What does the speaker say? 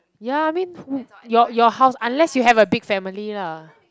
ya I mean your your house unless you have a big family lah